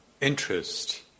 interest